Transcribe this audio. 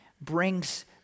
brings